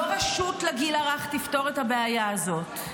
לא רשות לגיל הרך תפתור את הבעיה הזאת.